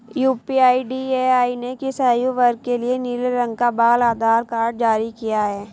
UIDAI ने किस आयु वर्ग के लिए नीले रंग का बाल आधार कार्ड जारी किया है?